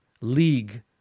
league